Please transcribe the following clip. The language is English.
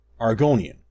Argonian